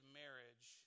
marriage